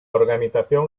organización